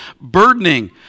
burdening